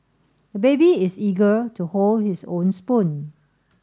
the baby is eager to hold his own spoon